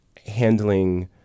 handling